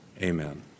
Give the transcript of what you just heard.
amen